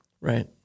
Right